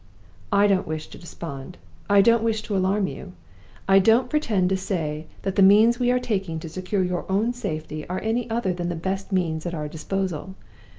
i don't wish to despond i don't wish to alarm you i don't pretend to say that the means we are taking to secure your own safety are any other than the best means at our disposal.